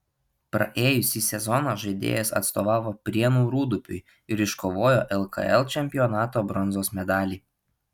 praėjusį sezoną žaidėjas atstovavo prienų rūdupiui ir iškovojo lkl čempionato bronzos medalį